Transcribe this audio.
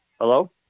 Hello